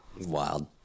Wild